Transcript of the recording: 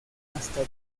hasta